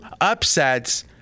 upsets